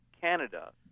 Canada